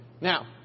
Now